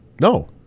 No